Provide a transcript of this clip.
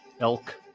elk